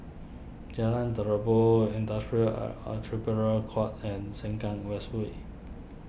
Jalan Terubok Industrial are Arbitration Court and Sengkang West Way